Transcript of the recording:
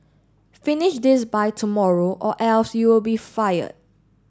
finish this by tomorrow or else you'll be fired